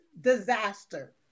disaster